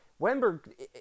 Wenberg